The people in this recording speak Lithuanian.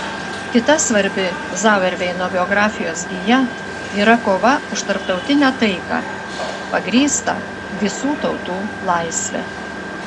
kita svarbi zauerveino biografijos gija yra kova už tarptautinę taiką pagrįstą visų tautų laisve